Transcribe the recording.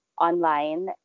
online